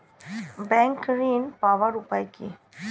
Bank ঋণ পাওয়ার উপায় কি?